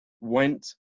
went